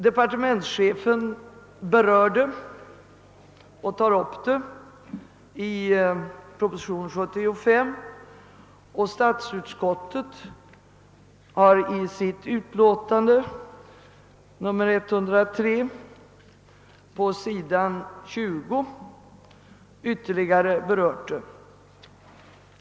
Departementschefen tar upp frågan i propositionen 75, och statsutskottet har också i sitt utlåtande nr 103 på s. 20 berört saken.